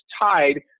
tied